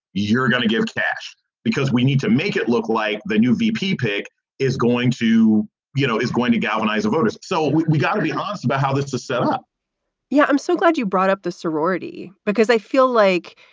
you're going to give cash because we need to make it look like the new vp pick is going to you know is going to galvanize the voters. so we we got to be honest about how this is set up yeah, i'm so glad you brought up the sorority because i feel like